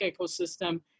ecosystem